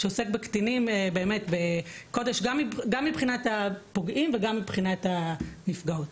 שעוסק בקטינים באמת בקודש גם מבחינת הפוגעים וגם מבחינת הנפגעות.